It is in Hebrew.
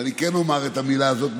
ואני כן אומר את המילה הזאת,